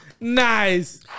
Nice